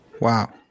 wow